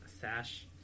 sash